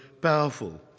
powerful